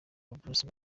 bruce